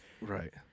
Right